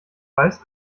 weiß